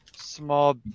small